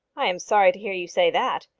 i am sorry to hear you say that.